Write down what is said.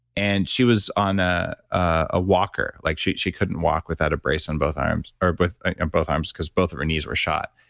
and she was on a ah walker. like she she couldn't walk without a brace on both arms, or on both arms, because both of her knees were shot.